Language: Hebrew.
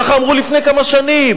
ככה אמרו לפני כמה שנים,